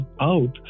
out